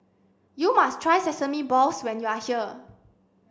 you must try sesame balls when you are here